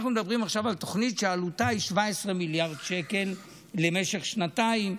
אנחנו מדברים עכשיו על תוכנית שעלותה היא 17 מיליארד שקל למשך חודשיים,